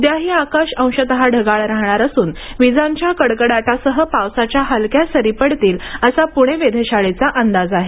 उद्याही आकाश अंशत ढगाळ राहणार असून विजांच्या कडकडाटासह पावसाच्या हलक्या सरी पडतील असा पूणे वेधशाळेचा अंदाज आहे